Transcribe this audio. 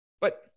But-